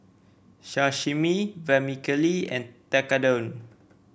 Sashimi Vermicelli and Tekkadon